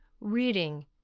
reading